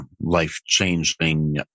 life-changing